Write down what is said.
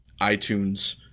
iTunes